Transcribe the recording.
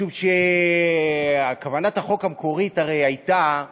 משום שכוונת החוק המקורית הרי הייתה